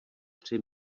tři